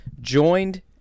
joined